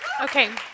Okay